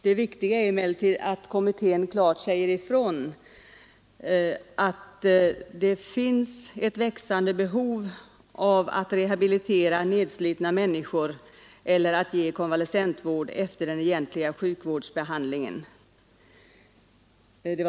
Det viktiga är emellertid att kommittén klart säger ifrån att ”det föreligger ett växande behov av att rehabilitera nedslitna människor eller att ge konvalescentvård efter den egentliga sjukvårdsbehandlingen”.